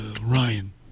Ryan